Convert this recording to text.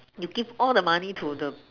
you give all the money to the